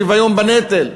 שוויון בנטל,